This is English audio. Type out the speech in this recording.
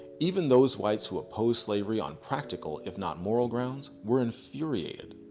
even those whites who opposed slavery on practical if not moral grounds were infuriated.